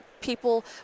people